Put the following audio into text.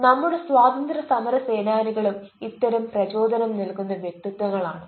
നമ്മുടെ സ്വാതന്ത്ര്യ സമര സേനാനികളും ഇത്തരം പ്രചോദനം നൽകുന്ന വ്യക്തിത്വങ്ങൾ ആണ്